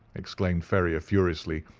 exclaimed ferrier furiously,